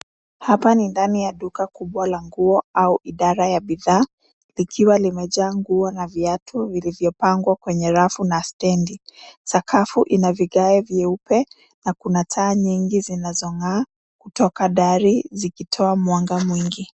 Hapa ni ndani ya duka kubwa la nguo au idara ya bidhaa likiwa limejaa nguo na viatu vilivyopangwa kwenye rafu na stedi. Sakafu ina vigae vyeupe na kuna taa nyingi zinazo ng'aa kutoka dari zikitoa mwanga mwingi.